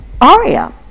aria